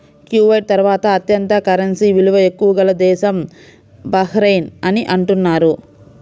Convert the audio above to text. Kuwait తర్వాత అత్యంత currency విలువ ఎక్కువ గల దేశం బహ్రెయిన్ అని అంటున్నారు